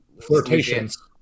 Flirtations